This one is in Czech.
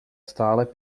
stále